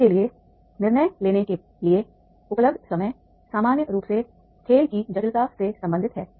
टीमों के लिए निर्णय लेने के लिए उपलब्ध समय सामान्य रूप से खेल की जटिलता से संबंधित है